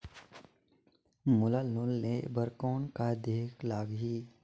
मोला लोन लेहे बर कौन का देहेक लगही?